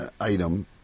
item